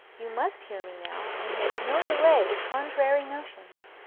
you must hear me now, and make no delay with contrary notions.